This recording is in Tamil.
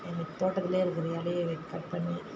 எங்கள் தோட்டத்தில் இருக்கிற இலையை வெட் கட் பண்ணி